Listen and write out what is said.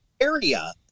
area